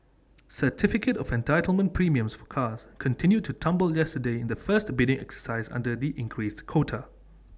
certificate of entitlement premiums for cars continued to tumble yesterday in the first bidding exercise under the increased quota